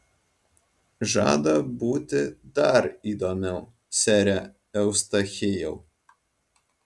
žada būti dar įdomiau sere eustachijau